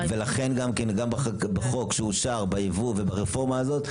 ולכן גם החוק שאושר בייבוא וברפורמה הזאת,